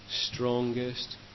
strongest